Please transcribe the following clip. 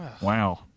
wow